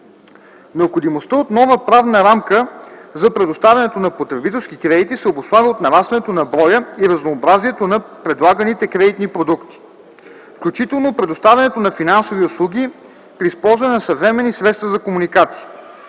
Необходимостта от нова правна рамка за предоставянето на потребителски кредити се обуславя от нарастването на броя и разнообразието на предлаганите кредитни продукти, включително предоставянето на финансови услуги при използване на съвременни средства за комуникация.